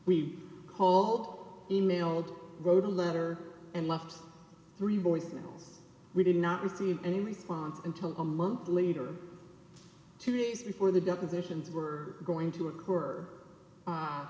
we called e mailed a letter and left three boys we did not receive any response until a month later two days before the depositions were going to occur